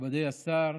מכובדי השר,